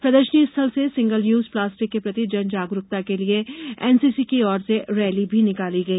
प्रदर्शनी स्थल से सिंगल यूज प्लास्टिक के प्रति जन जागरूकता के लिए एनसीसी की ओर से रैली भी निकाली गई